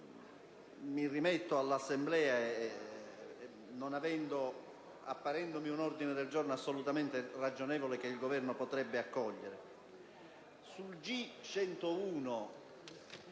mi rimetto all'Assemblea, apparendomi un ordine del giorno assolutamente ragionevole, che il Governo potrebbe accogliere.